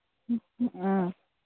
ꯑꯥ